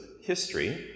history